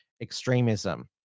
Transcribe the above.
extremism